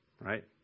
right